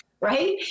right